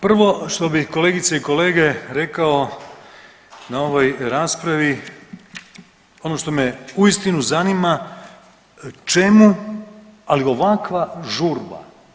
Prvo što bi kolegice i kolege rekao na ovoj raspravi ono što me uistinu zanima, čemu ali ovakva žurba?